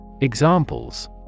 Examples